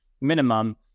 minimum